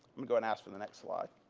i'm going to ask for the next slide.